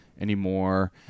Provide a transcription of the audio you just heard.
anymore